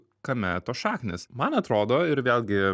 kame tos šaknys man atrodo ir vėlgi